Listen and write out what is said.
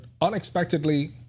unexpectedly